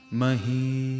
Mahi